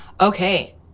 Okay